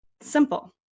Simple